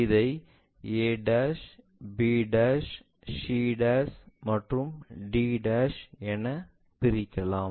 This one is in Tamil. இதை a b c and d என பிரிக்கலாம்